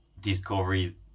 discovery